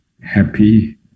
happy